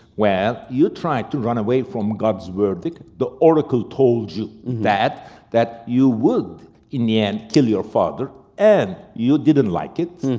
well, you try to run away from god's verdict. the oracle told you that that you would in the end, kill your father and you didn't like it.